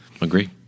Agree